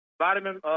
Vitamin